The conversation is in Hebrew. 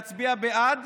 להצביע בעד,